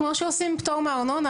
כמו שעושים פטור מארנונה,